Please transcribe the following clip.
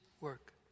work